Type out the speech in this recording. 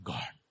God